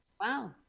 Wow